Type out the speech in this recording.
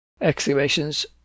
Excavations